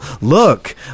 Look